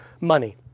money